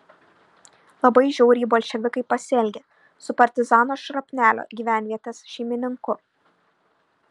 labai žiauriai bolševikai pasielgė su partizano šrapnelio gyvenvietės šeimininku